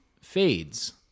fades